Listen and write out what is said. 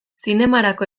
zinemarako